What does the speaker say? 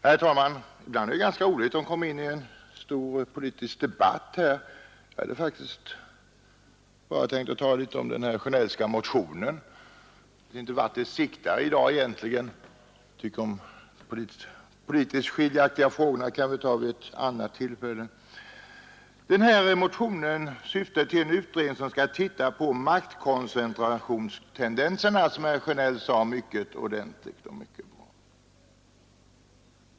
Herr talman! Ibland är det ganska roligt att komma in i en stor politisk debatt, men jag hade faktiskt bara tänkt tala litet om den Sjönellska motionen. Jag vet inte vart debatten i dag egentligen siktar. De politiskt skiljaktiga frågorna kan vi väl ta vid ett annat tillfälle och nu hålla oss till saken. Den här motionen syftar till en utredning som skall se på maktkoncentrationstendenserna, som herr Sjönell sade mycket ordentligt och mycket bra.